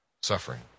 suffering